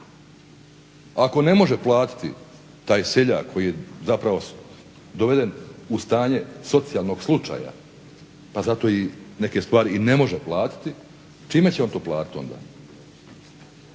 Ako ne može platiti taj seljak koji je zapravo doveden u stanje socijalnog slučaja pa zato i neke stvari ne može platiti, čime će on to platit onda